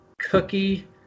Cookie